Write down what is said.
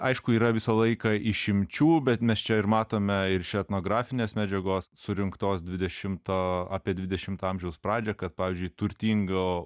aišku yra visą laiką išimčių bet mes čia ir matome ir iš etnografinės medžiagos surinktos dvidešimto apie dvidešimto amžiaus pradžią kad pavyzdžiui turtingo